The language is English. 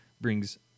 brings